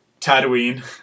Tatooine